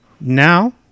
Now